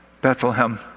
Bethlehem